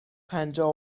پنجاه